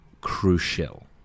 crucial